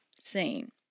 seen